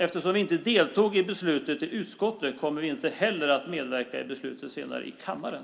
Eftersom vi inte deltog i beslutet i utskottet kommer vi inte heller att medverka i beslutet senare i kammaren.